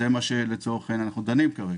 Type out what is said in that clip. על זה אנחנו דנים כרגע.